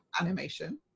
animation